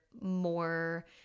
more